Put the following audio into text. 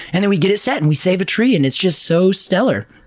and then we get it set, and we save a tree, and it's just so stellar.